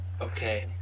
Okay